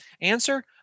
Answer